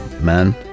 man